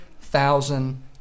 thousand